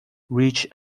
reached